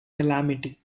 calamity